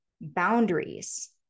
boundaries